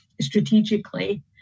strategically